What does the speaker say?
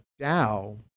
DAO